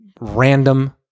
random